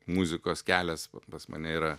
muzikos kelias pas mane yra